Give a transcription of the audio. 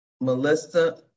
Melissa